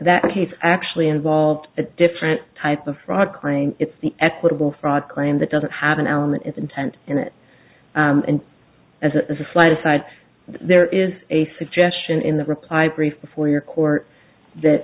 that case actually involved a different type of fraud claim it's the equitable fraud claim that doesn't have an element of intent in it and as a flight aside there is a suggestion in the reply brief before your court that